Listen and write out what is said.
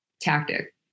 tactic